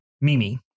Mimi